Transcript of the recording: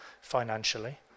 financially